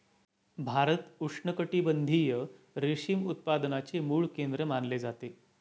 भारत उष्णकटिबंधीय रेशीम उत्पादनाचे मूळ केंद्र मानले जाते